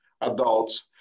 adults